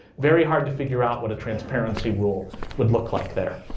very hard to figure out what a transparency rule would look like there.